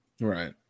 right